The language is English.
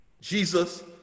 Jesus